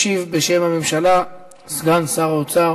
ישיב בשם הממשלה סגן שר האוצר